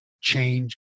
change